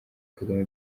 kagame